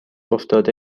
افتاده